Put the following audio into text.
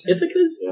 Ithaca's